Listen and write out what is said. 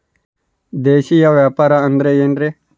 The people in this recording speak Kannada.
ದೇಶೇಯ ವ್ಯಾಪಾರ ಅಂದ್ರೆ ಏನ್ರಿ?